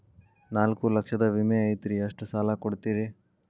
ನಾಲ್ಕು ಲಕ್ಷದ ವಿಮೆ ಐತ್ರಿ ಎಷ್ಟ ಸಾಲ ಕೊಡ್ತೇರಿ?